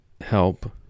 help